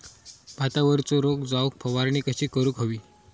भातावरचो रोग जाऊक फवारणी कशी करूक हवी?